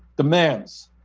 demands,